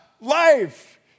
Life